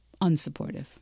unsupportive